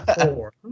four